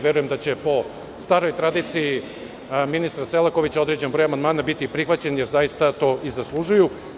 Verujem da će po staroj tradiciji ministra Selakovića određen broj amandmana će biti prihvaćen jer zaista to i zaslužuju.